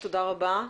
תודה רבה.